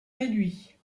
réduit